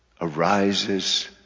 Arises